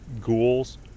ghouls